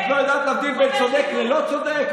את לא יודעת להבדיל בין צודק ללא צודק?